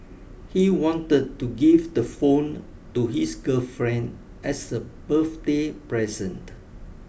he wanted to give the phone to his girlfriend as a birthday present